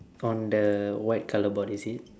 on the white colour board is it